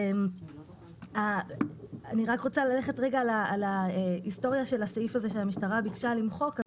אני רוצה ללכת להיסטוריה של הסעיף הזה שהמשטרה ביקשה למחוק.